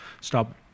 stop